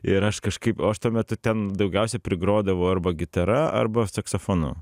ir aš kažkaip o aš tuo metu ten daugiausiai prigrodavau arba gitara arba saksofonu